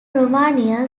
romania